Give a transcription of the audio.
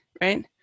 Right